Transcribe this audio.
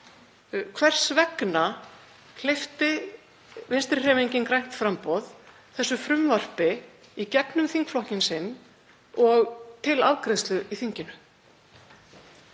Hvers vegna hleypti Vinstrihreyfingin – grænt framboð þessu frumvarpi í gegnum þingflokk sinn og til afgreiðslu í þinginu?